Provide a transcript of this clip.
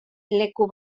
leku